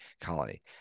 Colony